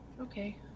Okay